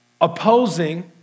opposing